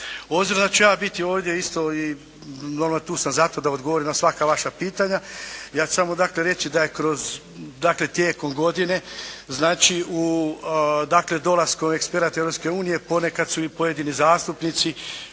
Obzirom da ću ja biti ovdje isto i normalno tu sam zato da odgovorim na svaka vaša pitanja, ja ću samo dakle reći da je kroz, tijekom godine znači u dakle dolaskom eksperata Europske unije ponekad su i pojedini zastupnici,